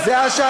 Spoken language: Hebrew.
זה לא הסתה.